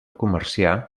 comerciar